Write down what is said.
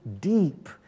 deep